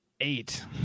Eight